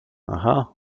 aha